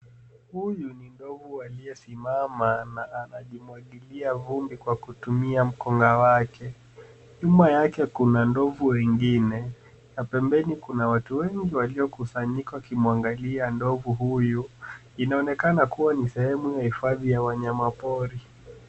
Huyu ni ndo u aliye simama na anajimwagilia vumbi kwa kutumia mkonga wake nyuma yake kuna ndovu wengine na pembeni kuna watu wengi waliokusanyika wakimwangalia ndovu huyu inaonekana kuwa ni sehemu ya hifadhi ya wanyama pori